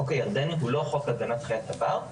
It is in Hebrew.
החוק הירדני הוא לא חוק הגנת חיות הבר,